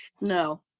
No